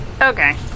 Okay